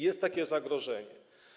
Jest takie zagrożenie.